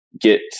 get